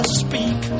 speak